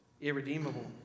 irredeemable